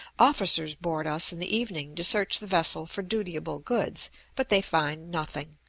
officers board us in the evening to search the vessel for dutiable goods but they find nothing.